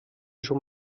schon